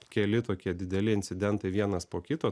keli tokie dideli incidentai vienas po kito